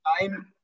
time